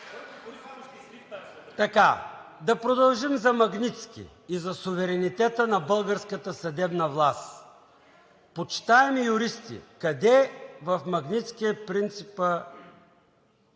ЦОНЕВ: Да продължим за „Магнитски“ и за суверенитета на българската съдебна власт. Почитаеми юристи, къде в „Магнитски“ е принципът